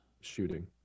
shooting